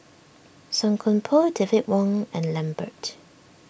Song Koon Poh David Wong and Lambert